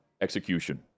execution